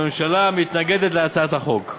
הממשלה מתנגדת להצעת החוק.